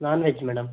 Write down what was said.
non-veg madam